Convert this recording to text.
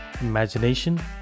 imagination